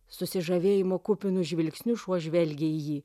susižavėjimo kupinu žvilgsniu šuo žvelgė į jį